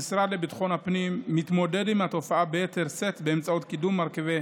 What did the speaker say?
המשרד לביטחון הפנים מתמודד עם התופעה ביתר שאת באמצעות קידום מרכיבי